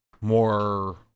more